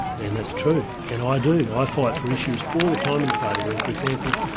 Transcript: and that's true. and i do. i fight for issues all the time in the party room. for example,